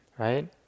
right